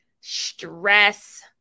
stress